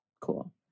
cool